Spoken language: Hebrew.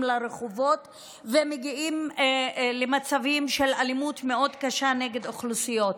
לרחובות ומגיעים למצבים של אלימות קשה מאוד נגד אוכלוסיות.